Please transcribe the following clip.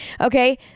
okay